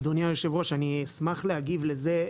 אדוני היושב-ראש, אני אשמח להגיב לזה.